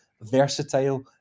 versatile